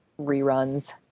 reruns